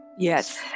Yes